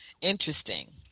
Interesting